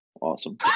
awesome